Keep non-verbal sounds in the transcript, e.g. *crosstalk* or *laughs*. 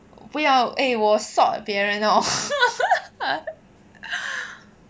不要 eh 我 sot 别人 orh *laughs*